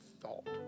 thought